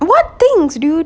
what things dude